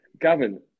Gavin